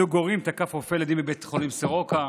זוג הורים תקף רופא ילדים בבית חולים סורוקה.